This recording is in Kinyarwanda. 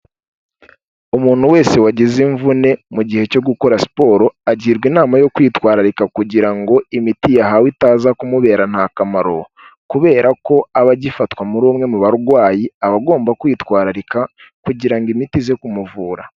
Umuntu wese wagize imvune mu gihe cyo gukora siporo, agirwa inama yo kwitwararika kugira ngo imiti yahawe itaza kumubera nta kamaro, kubera ko aba agifatwa muri umwe mu barwayi, aba agomba kwitwararika, kugira ngo imiti ize kumuvura.